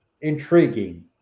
intriguing